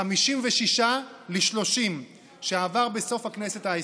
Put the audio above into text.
מ-56 ל-30, שעבר בסוף הכנסת העשרים.